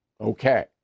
Okay